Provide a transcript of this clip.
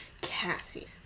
Cassie